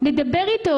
לדבר איתו.